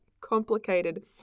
complicated